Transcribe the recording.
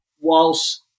Whilst